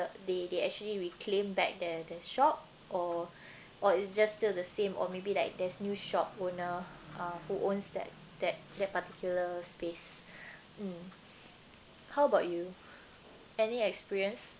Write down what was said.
they they actually reclaim back the the shop or or it's just still the same or maybe like there's new shop owner uh who owns that that that particular space mm how about you any experience